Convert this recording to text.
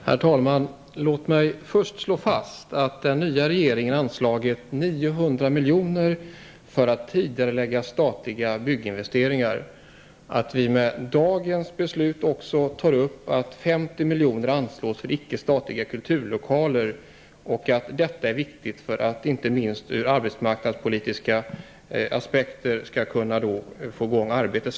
Herr talman! Låt mig först slå fast att den nya regeringen har anslagit 900 milj.kr. för att tidigarelägga statliga bygginvesteringar. I vårt förslag till beslut i dag för vi också upp 50 milj.kr. till icke-statliga kulturlokaler. Det är viktigt för att ur inte minst arbetsmarknadspolitiska aspekter snabbt få i gång arbetet.